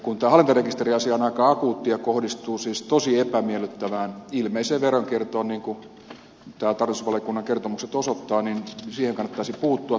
kun tämä hallintarekisteriasia on aika akuutti ja kohdistuu siis tosi epämiellyttävään ilmeiseen veronkiertoon niin kuin tämä tarkastusvaliokunnan kertomus osoittaa niin siihen kannattaisi puuttua tämän lakialoitteen muodossa